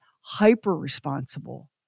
hyper-responsible